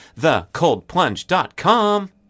thecoldplunge.com